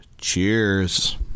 cheers